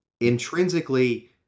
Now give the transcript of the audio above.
intrinsically